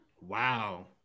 Wow